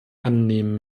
annehmen